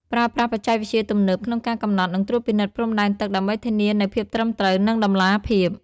ប្រើប្រាស់បច្ចេកវិទ្យាទំនើប ក្នុងការកំណត់ និងត្រួតពិនិត្យព្រំដែនទឹក ដើម្បីធានានូវភាពត្រឹមត្រូវ និងតម្លាភាព។